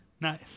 Nice